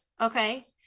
Okay